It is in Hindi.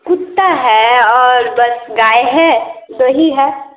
कुत्ता है और बस गाय है दो ही है